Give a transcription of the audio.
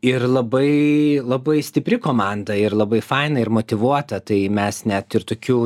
ir labai labai stipri komanda ir labai faina ir motyvuota tai mes net ir tokių